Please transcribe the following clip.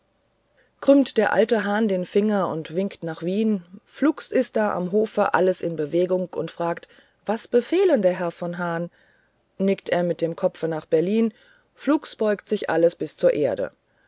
krümmt der alte hahn den finger und winkt nach wien flugs ist da am hofe alles in bewegung und fragt was befehlen der herr von hahn nickt er mit dem kopfe nach berlin flugs beugt sich alles bis zur erde